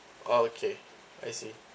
oh okay I see